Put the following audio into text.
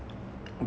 mm